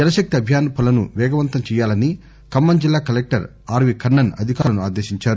జలశక్తి అభియాన్ పనులను పేగవంతం చేయాలని ఖమ్మం జిల్లా కలెక్టర్ ఆర్ వి కర్ణన్ అధికారులను ఆదేశించారు